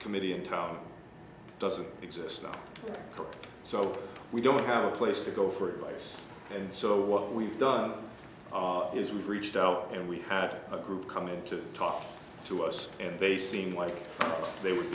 committee in town doesn't exist so we don't have a place to go for advice and so what we've done is we've reached out and we had a group coming to talk to us and they seem like they would